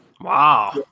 Wow